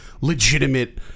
legitimate